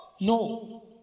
no